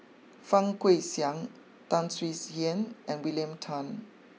Fang Guixiang Tan Swie Hian and William Tan